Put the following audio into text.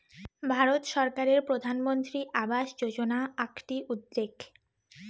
ভারত সরকারের প্রধানমন্ত্রী আবাস যোজনা আকটি উদ্যেগ